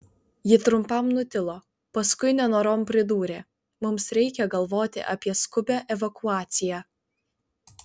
ji trumpam nutilo paskui nenorom pridūrė mums reikia galvoti apie skubią evakuaciją